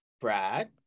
Brad